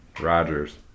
Rodgers